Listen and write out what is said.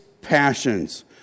passions